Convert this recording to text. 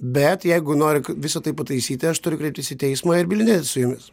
bet jeigu noriu visą tai pataisyti aš turiu kreiptis į teismą ir bylinėtis su jumis